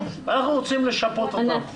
ואנחנו רוצים לשפות אותו.